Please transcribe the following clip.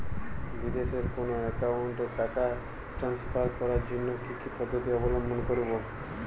বিদেশের কোনো অ্যাকাউন্টে টাকা ট্রান্সফার করার জন্য কী কী পদ্ধতি অবলম্বন করব?